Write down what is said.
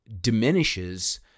diminishes